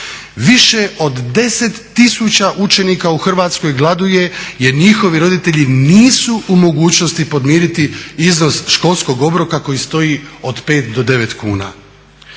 više od 10 000 učenika u Hrvatskoj gladuje jer njihovi roditelji nisu u mogućnosti podmiriti iznos školskog obroka koji stoji od 5 do 9 kuna.